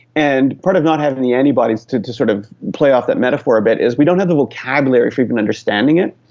and part of not having the antibodies, to to sort of play off that metaphor a bit, is we don't have the vocabulary for even understanding it.